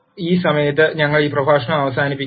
ഈ സമയത്ത് ഞങ്ങൾ ഈ പ്രഭാഷണം അവസാനിപ്പിക്കും